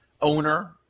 owner